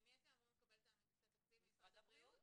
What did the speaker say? ממי אתם אמורים לקבל את התקציב, ממשרד הבריאות?